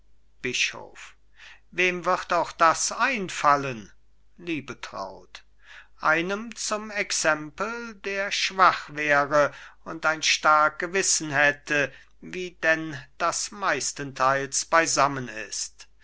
bischof wem wird auch das einfallen liebetraut einem zum exempel der schwach wäre und ein stark gewissen hätte wie denn das meistenteils beisammen ist